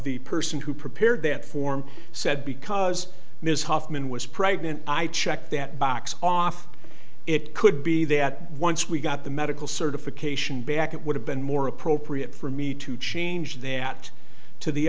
the person who prepared that form said because ms huffman was pregnant i checked that box off it could be that once we got the medical certification back it would have been more appropriate for me to change that to the